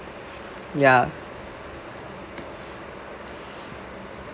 ya